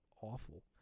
awful